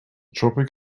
tropic